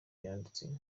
yanditse